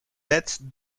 dette